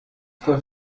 der